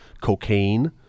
cocaine